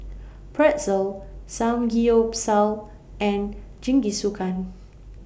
Pretzel Samgeyopsal and Jingisukan